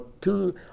two